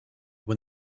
when